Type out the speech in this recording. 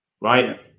right